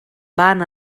van